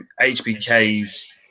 HBK's